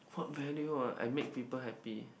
what value ah I make people happy